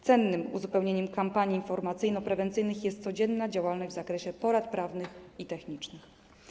Cennym uzupełnieniem kampanii informacyjno-prewencyjnych jest codzienna działalność w zakresie porad prawnych i technicznych.